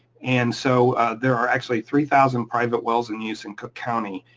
and so there are actually three thousand private wells in use in cook county.